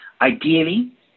Ideally